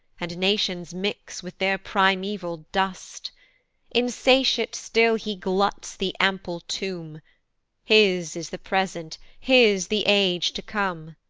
and nations mix with their primeval dust insatiate still he gluts the ample tomb his is the present, his the age to come.